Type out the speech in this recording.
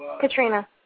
Katrina